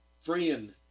friend